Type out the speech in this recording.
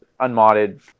unmodded